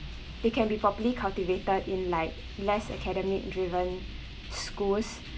they can be properly cultivated in like less academic driven schools